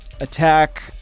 attack